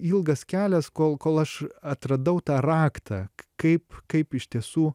ilgas kelias kol kol aš atradau tą raktą kaip kaip iš tiesų